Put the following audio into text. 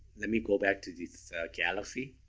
let me go back to this galaxy.